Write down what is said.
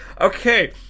okay